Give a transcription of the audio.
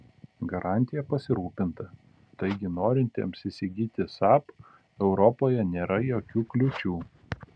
garantija pasirūpinta taigi norintiems įsigyti saab europoje nėra jokių kliūčių